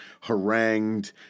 harangued